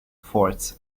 forts